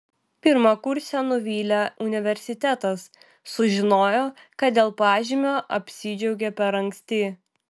pirmakursę nuvylė universitetas sužinojo kad dėl pažymio apsidžiaugė per anksti